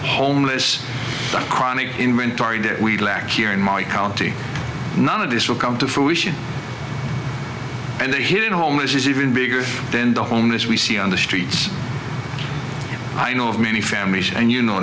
homeless chronic inventory do we lack here in my county none of this come to fruition and the hidden homeless is even bigger than the homeless we see on the streets i know of many families and you know